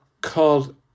called